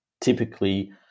typically